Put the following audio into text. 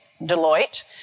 Deloitte